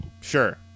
Sure